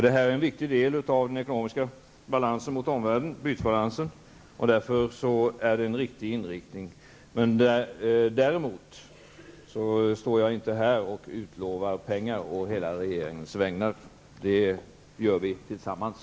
Detta är en viktig del av den ekonomiska balansen gentemot omvärlden, bytesbalansen, och det är därför en riktig inriktning. Jag vill däremot inte stå här och utlova pengar å hela regeringens vägnar. Sådana beslut fattar vi tillsammans.